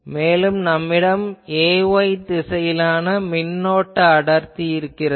மேலும் நம்மிடம் Ay திசையிலான மின்னோட்ட அடர்த்தி உள்ளது